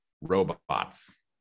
robots